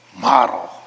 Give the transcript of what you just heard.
Model